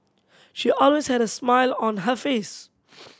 she always had a smile on her face